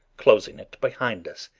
closing it behind us.